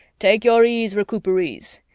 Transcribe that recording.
take your ease, recuperees,